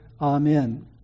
Amen